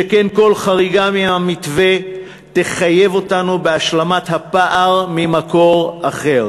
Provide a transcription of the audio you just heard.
שכן כל חריגה מן המתווה תחייב אותנו להשלים את הפער ממקור אחר,